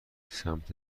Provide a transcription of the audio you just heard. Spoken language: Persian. سمت